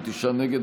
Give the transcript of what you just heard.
נגד.